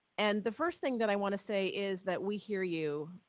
and the first thing that i want to say is that we hear you.